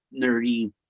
nerdy